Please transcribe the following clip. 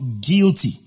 guilty